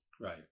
Right